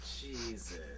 Jesus